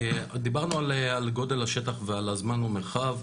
דיברנו על גודל השטח ועל הזמן ומרחב,